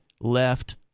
left